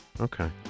Okay